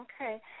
Okay